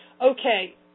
okay